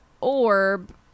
orb